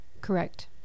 Correct